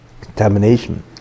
contamination